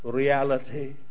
reality